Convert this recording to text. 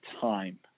time